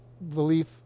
belief